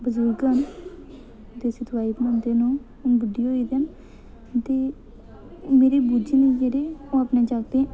बजुर्ग न देसी दोआई बनांदे न ओह् हून बुड्ढे होई गेदे न अते मेरी बूजी ऐन जेह्ड़े ओह् अपने जागतें ई